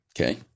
Okay